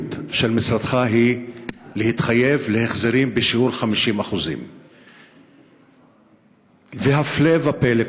שהמדיניות של משרדך היא להתחייב להחזרים בשיעור 50%. והפלא ופלא,